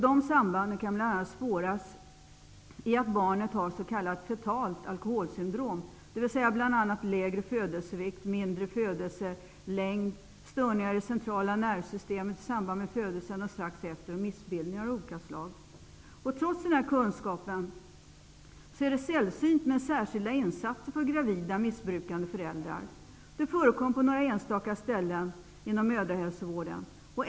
De sambanden kan bl.a. spåras i att barnet har s.k. fetalt alkoholsyndrom, dvs. lägre födelsevikt, mindre födelselängd, störningar i det centrala nervsystemet i samband med födelsen och strax efter samt missbildningar av olika slag. Trots denna kunskap är det sällsynt med särskilda insatser för gravida missbrukande föräldrar. Det förekommer på några enstaka ställen inom mödrahälsovården.